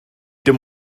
dim